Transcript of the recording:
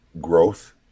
growth